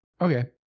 Okay